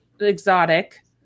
Exotic